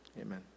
amen